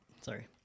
Sorry